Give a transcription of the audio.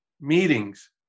meetings